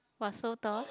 !wah! so tall